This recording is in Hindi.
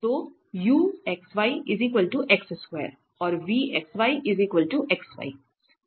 तो और है